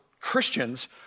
Christians